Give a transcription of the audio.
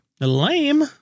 Lame